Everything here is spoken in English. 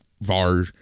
var